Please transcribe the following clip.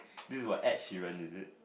this is what Ed-Sheeran is it